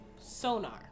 sonar